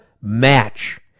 match